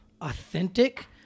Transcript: authentic